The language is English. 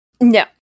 No